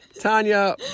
Tanya